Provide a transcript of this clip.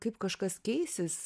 kaip kažkas keisis